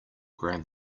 grand